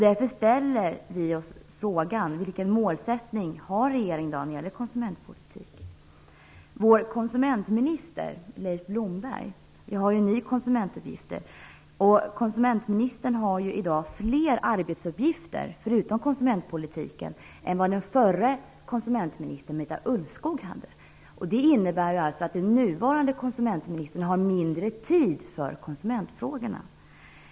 Därför ställer vi oss frågan vilken målsättning regeringen i dag har när det gäller konsumentpolitiken. Vår konsumentminister Leif Blomberg - vi har ju en ny konsumentminister - har ju i dag flera arbetsuppgifter utom konsumentpolitiken än vad den förra konsumentministern, Marita Ulvskog hade. Det innebär alltså att den nuvarande konsumentministern har mindre tid för konsumentfrågorna.